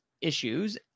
issues